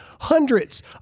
hundreds